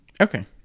Okay